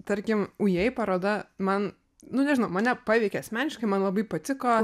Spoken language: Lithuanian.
tarkim ujei paroda man nu nežinau mane paveikė asmeniškai man labai patiko